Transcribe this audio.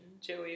Joey